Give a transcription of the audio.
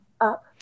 Up